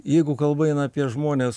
jeigu kalba eina apie žmones